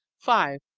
five.